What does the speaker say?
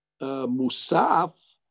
Musaf